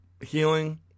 healing